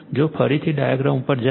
જો ફરીથી ડાયાગ્રામ ઉપર જાઓ